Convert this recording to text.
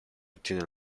ottiene